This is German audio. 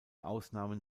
ausnahmen